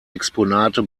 exponate